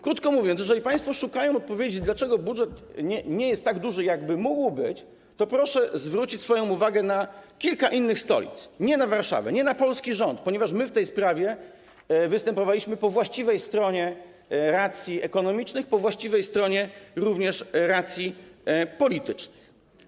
Krótko mówiąc, jeśli państwo szukają odpowiedzi, dlaczego budżet nie jest tak duży, jakby mógł być, to proszę zwrócić uwagę na kilka innych stolic, nie na Warszawę, nie na polski rząd, ponieważ my w tej sprawie występowaliśmy po właściwej stronie zarówno racji ekonomicznych, jak również racji politycznych.